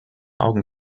augen